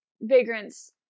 vagrants